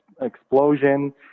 explosion